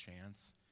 chance